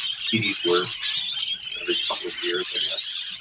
cds worth every couple of years i guess.